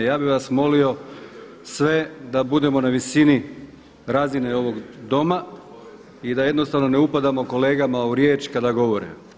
Ja bih vas molio sve da budemo na visini razine ovog Doma i da jednostavno ne upadamo kolegama u riječ kada govore.